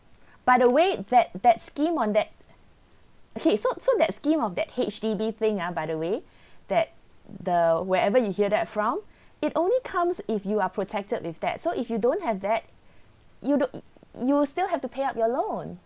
by the way that that scheme on that okay so so that scheme of that H_D_B thing ah by the way that the wherever you hear that from it only comes if you are protected with that so if you don't have that you don't you will still have to pay up your loan